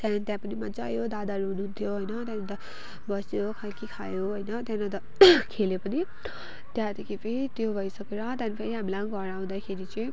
त्यहाँदेखि त्यहाँ पनि मज्जा आयो दादाहरू हुनुहुन्थ्यो होइन त्यहाँदेखि अन्त बस्यो खै के खायो होइन त्यहाँदेखि अन्त खेल्यो पनि त्यहाँदेखि फेरि त्यो भइसकेर त्यहाँदेखि फेरि हामीलाई घर आउँदाखेरि चाहिँ